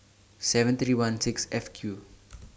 seven three one six F Q